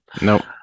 Nope